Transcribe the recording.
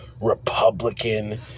Republican